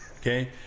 okay